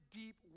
deep